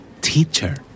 Teacher